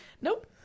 nope